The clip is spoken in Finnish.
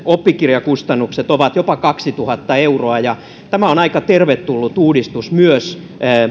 oppikirjakustannukset ovat jopa kaksituhatta euroa tämä on aika tervetullut uudistus myös